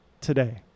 today